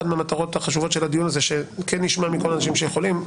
אחת מהמטרות החשובות של הדיון הזה היתה שכן נשמע מכל האנשים שיכולים.